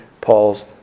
Paul's